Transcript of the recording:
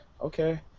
okay